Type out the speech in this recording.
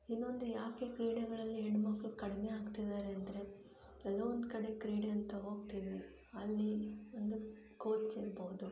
ಇನ್ನೊಂದು ಏಕೆ ಕ್ರೀಡೆಗಳಲ್ಲಿ ಹೆಣ್ಮಕ್ಕಳು ಕಡಿಮೆ ಆಗ್ತಿದ್ದಾರೆ ಅಂದರೆ ಎಲ್ಲೋ ಒಂದು ಕಡೆ ಕ್ರೀಡೆ ಅಂತ ಹೋಗ್ತೀವಿ ಅಲ್ಲಿ ಒಂದು ಕೋಚಿರ್ಬೋದು